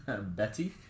Betty